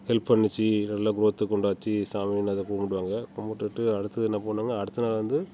help பண்ணுச்சு நல்ல குரோத்தை கொண்டாச்சு சாமின்னு அதை கும்பிடுவாங்க கும்பிட்டுட்டு அடுத்தது என்ன பண்ணுவாங்க அடுத்த நாள் வந்து